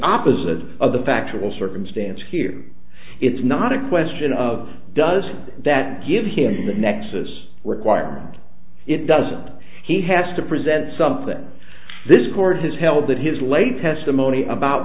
opposite of the factual circumstance here it's not a question of does that give him the nexus requirement it doesn't he has to present something this court has held that his late testimony about